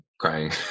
crying